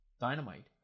Dynamite